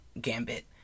gambit